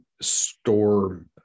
store